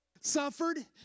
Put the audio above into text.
suffered